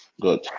good